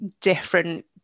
different